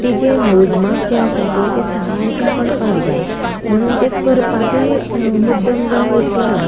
तिचें मोजमाप जें आसा पळय तें सारकें पडपाक जाय म्हणून तें करपाकूय मुद्दम जावन वचूना